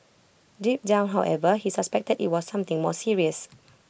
deep down however he suspected IT was something more serious